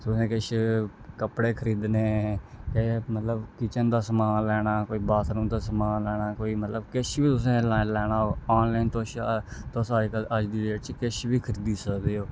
तुसें किश कपड़े खरीदने ते मतलब किचन दा समान लैना कोई बाथरूम दा समान लैना कोई मतलब किश बी तुसें लैना होग आनलाइन तुस तुस अज्ज दे अज्ज दी डेट च तुस किश बी खरीदी सकदे ओ